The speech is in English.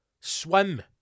swim